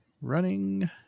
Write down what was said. Running